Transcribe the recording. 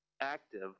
active